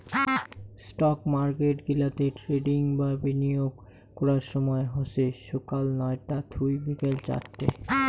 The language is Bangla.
স্টক মার্কেট গিলাতে ট্রেডিং বা বিনিয়োগ করার সময় হসে সকাল নয়তা থুই বিকেল চারতে